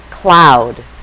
cloud